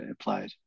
applied